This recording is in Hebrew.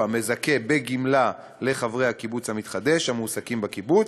המזכה בגמלה לחברי הקיבוץ המתחדש המועסקים בקיבוץ,